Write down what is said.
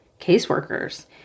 caseworkers